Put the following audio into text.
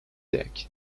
deck